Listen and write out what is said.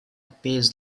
pays